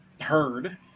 heard